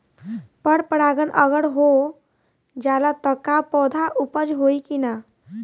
पर परागण अगर हो जाला त का पौधा उपज होई की ना?